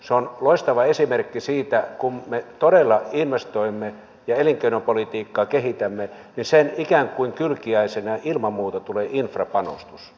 se on loistava esimerkki siitä että kun me todella investoimme ja elinkeinopolitiikkaa kehitämme niin sen ikään kuin kylkiäisenä ilman muuta tulee infrapanostus